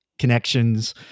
connections